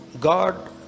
God